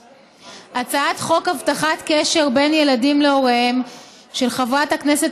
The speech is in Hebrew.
הצעת חוק הבטחת קשר בין ילדים להוריהם של חברת הכנסת